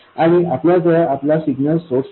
आणि आपल्याजवळ आपला सिग्नल सोर्स आहे